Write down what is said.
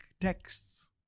texts